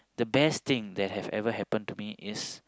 the best thing that has ever happen to me is